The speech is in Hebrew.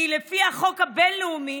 כי לפי החוק הבין-לאומי